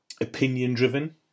opinion-driven